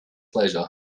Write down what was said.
pleasure